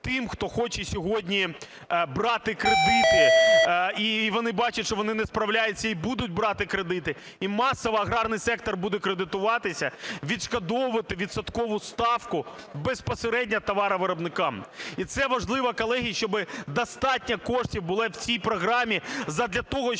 тим, хто хоче сьогодні брати кредити, і вони бачать, що вони не справляються і будуть брати кредити, і масово аграрний сектор буде кредитуватися, відшкодовувати відсоткову ставку безпосередньо товаровиробникам. І це важливо, колеги, щоб достатньо коштів було в цій програмі